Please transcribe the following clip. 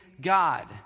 God